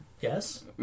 Yes